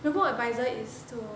the board advisor is too